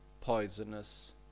poisonous